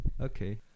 Okay